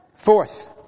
Fourth